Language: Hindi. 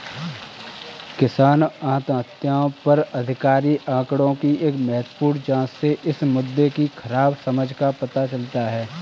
किसान आत्महत्याओं पर आधिकारिक आंकड़ों की एक महत्वपूर्ण जांच से इस मुद्दे की खराब समझ का पता चलता है